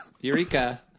eureka